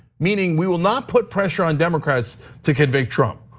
meaning, we will not put pressure on democrats to convict trump.